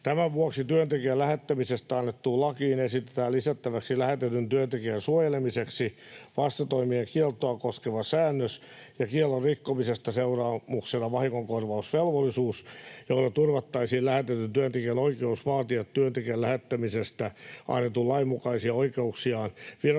Tämän vuoksi työntekijän lähettämisestä annettuun lakiin esitetään lisättäväksi lähetetyn työntekijän suojelemiseksi vastatoimien kieltoa koskeva säännös ja kiellon rikkomisesta seuraamuksena vahingonkorvausvelvollisuus, joilla turvattaisiin lähetetyn työntekijän oikeus vaatia työntekijän lähettämisestä annetun lain mukaisia oikeuksiaan viranomaisissa